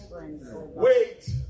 Wait